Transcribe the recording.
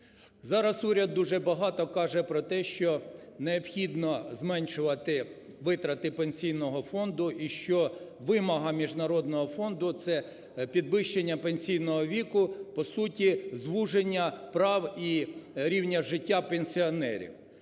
Зараз уряд дуже багато каже про те, що необхідно зменшувати витрати Пенсійного фонду і що вимога Міжнародного фонду – це підвищення пенсійного віку, по суті звуження прав і рівня життя пенсіонерів.